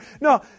No